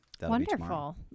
Wonderful